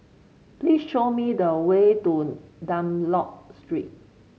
please show me the way to Dunlop Street